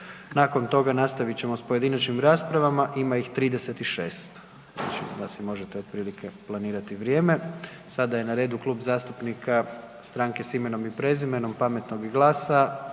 nakon toga nastavit ćemo sa pojedinačnim raspravama, ima ih 36. Znači da si možete otprilike planirati vrijeme. Sada je na redu Klub zastupnika Stranke s imenom i prezimenom, Pametno i